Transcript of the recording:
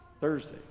thursday